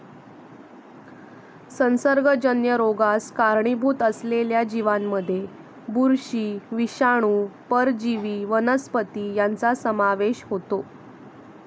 संसर्गजन्य रोगास कारणीभूत असलेल्या जीवांमध्ये बुरशी, विषाणू, परजीवी वनस्पती यांचा समावेश होतो